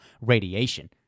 radiation